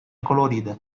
colorida